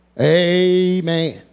Amen